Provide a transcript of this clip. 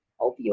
opioid